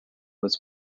was